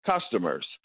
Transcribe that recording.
customers